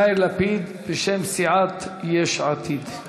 יאיר לפיד בשם סיעת יש עתיד.